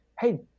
Hey